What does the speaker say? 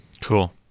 Cool